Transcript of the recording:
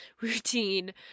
routine